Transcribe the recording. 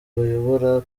bayobora